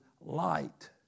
light